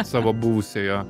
savo buvusiojo